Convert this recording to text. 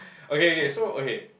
okay okay so okay